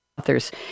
authors